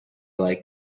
like